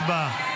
הצבעה.